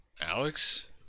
Alex